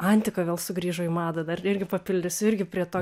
antika vėl sugrįžo į madą dar irgi papildysiu irgi prie to